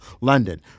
London